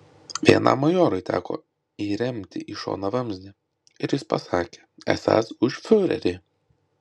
vienam majorui teko įremti į šoną vamzdį ir jis pasakė esąs už fiurerį